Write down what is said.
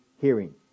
hearing